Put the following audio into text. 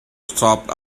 stopped